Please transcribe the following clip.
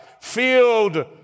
filled